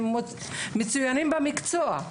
הם מצוינים במקצוע.